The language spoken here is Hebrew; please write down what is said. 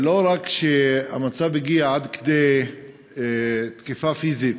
לא רק שהמצב הגיע עד כדי תקיפה פיזית,